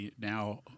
now